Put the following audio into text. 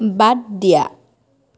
বাদ দিয়া